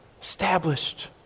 established